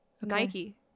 nike